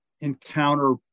encounter